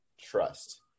trust